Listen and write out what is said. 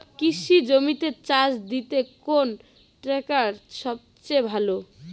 কৃষি জমিতে চাষ দিতে কোন ট্রাক্টর সবথেকে ভালো?